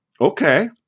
okay